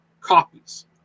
copies